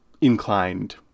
inclined